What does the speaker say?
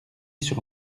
sur